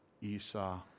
Esau